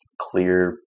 clear